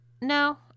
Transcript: No